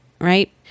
right